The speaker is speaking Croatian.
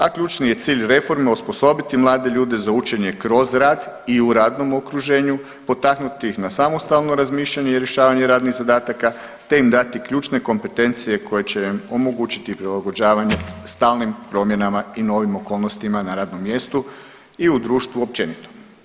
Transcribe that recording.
A ključni je cilj reforme osposobiti mlade ljude za učenje kroz rad i u radnom okruženju, potaknuti ih na samostalno razmišljanje i rješavanje radnih zadataka te im dati ključne kompetencije koje će im omogućiti prilagođavanje i novim okolnostima na radnom mjestu i u društvu općenito.